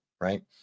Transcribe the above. right